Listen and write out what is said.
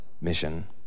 mission